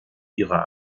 ihrer